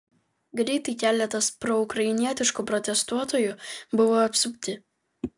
greitai keletas proukrainietiškų protestuotojų buvo apsupti